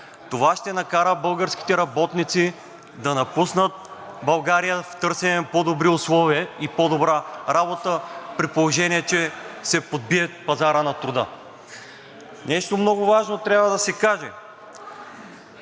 Това ще накара българските работници да напуснат България в търсене на по-добри условия и по-добра работа, при положение че се подбие пазарът на труда. Нещо много важно трябва да се каже.